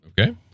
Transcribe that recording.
Okay